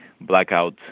blackout